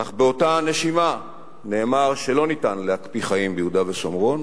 אך באותה נשימה נאמר שלא ניתן להקפיא חיים ביהודה ושומרון,